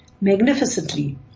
magnificently